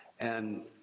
and,